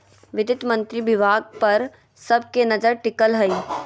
वित्त मंत्री विभाग पर सब के नजर टिकल हइ